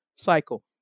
cycle